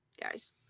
guys